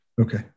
Okay